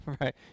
right